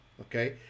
Okay